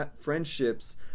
friendships